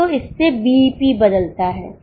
न तो इससे बीईपी बदलता है